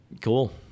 Cool